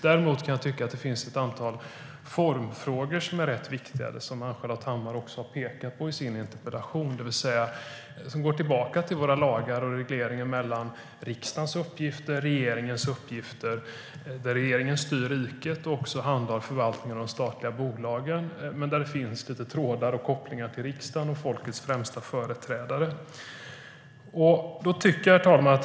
Däremot finns det ett antal viktiga formfrågor, vilket Ann-Charlotte Hammar också har pekat på i sin interpellation, som går tillbaka till våra lagar och regleringen mellan riksdagens uppgifter och regeringens uppgifter: Regeringen styr riket och handhar förvaltningen av statliga bolag, men där finns även en del trådar och kopplingar till riksdagen som folkets främsta företrädare. Herr talman!